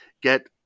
get